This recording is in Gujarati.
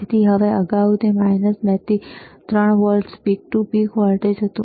તેથી હવે અગાઉ તે 2 વોલ્ટથી 3 volt peak to peak voltage હતું